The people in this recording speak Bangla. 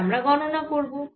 এবার আমরা গণনা করব